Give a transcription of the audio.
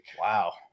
Wow